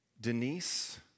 Denise